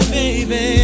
baby